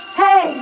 hey